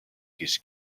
his